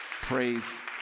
Praise